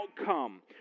outcome